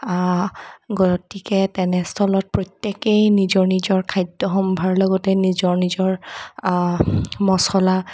গতিকে তেনেস্থলত প্ৰত্যেকেই নিজৰ নিজৰ খাদ্য সম্ভাৰৰ লগতে নিজৰ নিজৰ মচলা